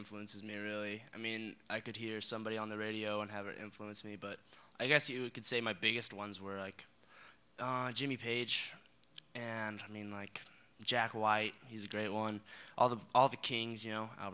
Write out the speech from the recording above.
influences never really i mean i could hear somebody on the radio and have influenced me but i guess you could say my biggest ones were like jimmy page and i mean like jack why he's great on all the all the kings you know